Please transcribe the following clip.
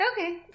Okay